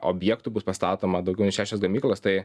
objektų bus pastatoma daugiau nei šešios gamyklos tai